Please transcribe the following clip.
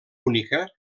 única